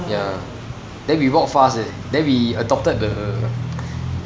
ya then we walk fast eh then we adopted the